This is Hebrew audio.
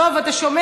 דב, אתה שומע?